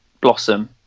blossom